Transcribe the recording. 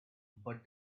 but